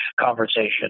conversation